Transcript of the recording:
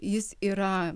jis yra